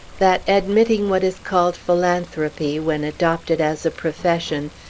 that, admitting what is called philanthropy, when adopted as a profession,